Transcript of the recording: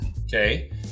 okay